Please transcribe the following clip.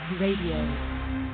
Radio